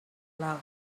love